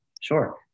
Sure